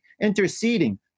interceding